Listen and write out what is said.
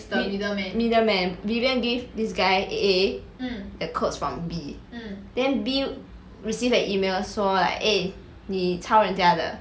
mi~ middle man and vivian give this guy A the codes from B then B received an email 说 like eh 你抄人家的